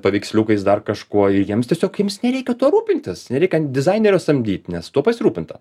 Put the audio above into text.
paveiksliukais dar kažkuo ir jiems tiesiog jiems nereikia tuo rūpintis nereikia dizainerio samdyt nes tuo pasirūpinta